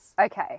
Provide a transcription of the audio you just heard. Okay